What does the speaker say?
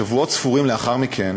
שבועות ספורים לאחר מכן